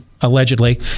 allegedly